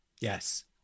Yes